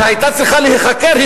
שהיתה צריכה להיחקר,